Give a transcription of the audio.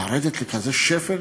לרדת לכזה שפל?